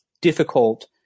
difficult